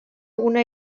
una